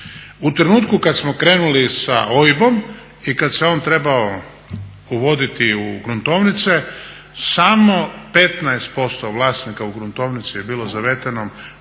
U trenutku kad smo krenuli sa OIB-om i kad se on trebao uvoditi u gruntovnice samo 15% vlasnika u gruntovnici je bilo zavedeno